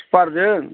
super जों